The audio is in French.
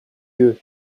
eux